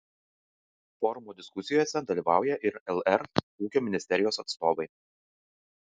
forumo diskusijose dalyvauja ir lr ūkio ministerijos atstovai